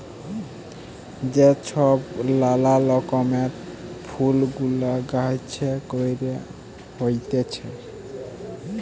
যে ছব লালা রকমের ফুল গুলা গাহাছে ক্যইরে হ্যইতেছে